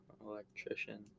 electrician